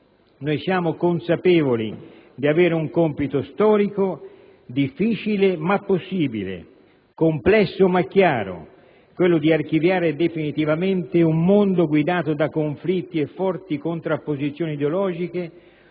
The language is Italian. Siamo consapevoli di avere un compito storico, difficile ma possibile, complesso ma chiaro: archiviare definitivamente un mondo guidato da conflitti e forti contrapposizioni ideologiche